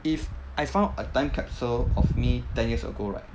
if I found a time capsule of me ten years ago right